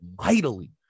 mightily